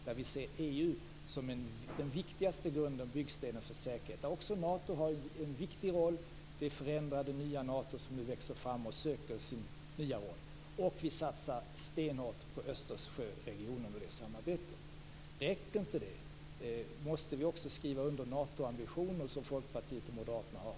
Där ser vi EU som den viktigaste grunden och byggstenen för säkerhet. Där har Nato också en viktig roll - det förändrade nya Nato som nu växer fram och som söker sin nya roll. Vi satsar också stenhårt på Östersjöregionen och på det samarbetet. Räcker inte det? Måste vi också skriva under Natoambitioner, som Folkpartiet och Moderaterna har?